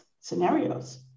scenarios